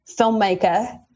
filmmaker